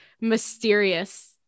mysterious